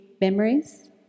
memories